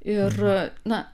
ir na